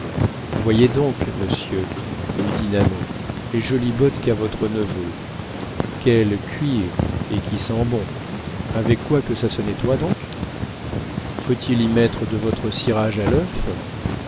voyez donc monsieur lui dit nanon les jolies bottes qu'a votre neveu quel cuir et qui sent bon avec quoi que ça se nettoie donc faut-il y mettre de votre cirage à l'œuf